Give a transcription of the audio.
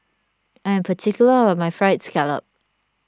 I am particular about my Fried Scallop